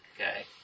Okay